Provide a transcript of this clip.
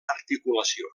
articulació